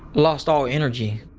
lost all energy.